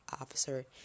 officer